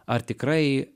ar tikrai